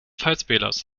valsspelers